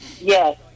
yes